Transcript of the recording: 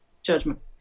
judgment